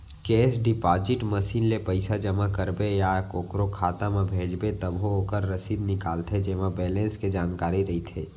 cash deposit machine ले पइसा जमा करबे या कोकरो खाता म भेजबे तभो ओकर रसीद निकलथे जेमा बेलेंस के जानकारी रइथे